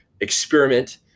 experiment